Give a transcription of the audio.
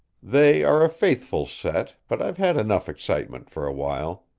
they are a faithful set, but i've had enough excitement for a while.